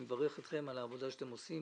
אני מברך אתכם על העבודה שאתם עושים